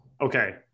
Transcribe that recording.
okay